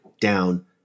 down